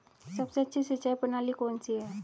सबसे अच्छी सिंचाई प्रणाली कौन सी है?